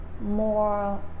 more